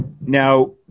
now